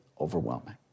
overwhelming